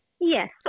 Yes